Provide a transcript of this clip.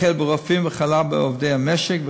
החל ברופאים וכלה בעובדי המשק.